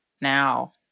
now